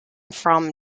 from